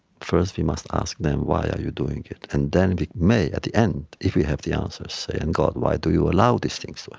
first we must ask them, why are you doing it? and then we may, at the end, if we have the answer, say, and god, why do you allow these things to